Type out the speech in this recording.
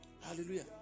Hallelujah